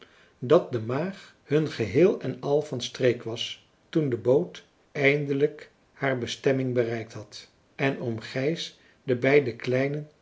dat de maag hun geheel en al van streek was toen de boot eindelijk haar bestemming bereikt had en oom gijs de beide kleinen